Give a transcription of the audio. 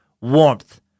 warmth